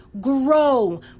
grow